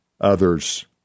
others